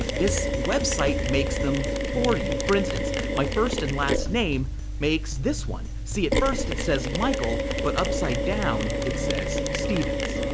this website makes them for you. for instance, my first and last name makes this one. see, at first it says michael, but upside down it says stevens.